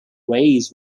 names